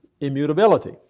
immutability